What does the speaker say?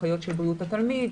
אחיות של בריאות התלמיד,